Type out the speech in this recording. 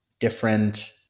different